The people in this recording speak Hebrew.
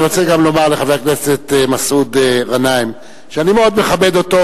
אני רוצה גם לומר לחבר הכנסת מסעוד גנאים שאני מאוד מכבד אותו,